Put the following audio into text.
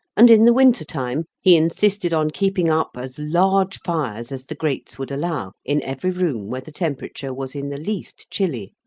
and, in the winter time, he insisted on keeping up as large fires as the grates would allow, in every room where the temperature was in the least chilly.